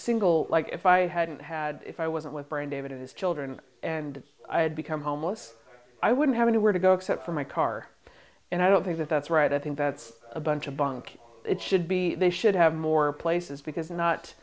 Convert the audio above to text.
single like if i hadn't had if i wasn't with bring david and his children and i had become homeless i wouldn't have anywhere to go except for my car and i don't think that that's right i think that's a bunch of bunk it should be should have more places because not